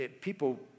people